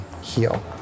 heal